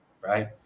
Right